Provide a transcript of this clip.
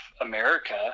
america